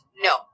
No